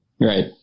Right